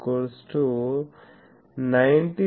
784 95